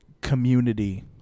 community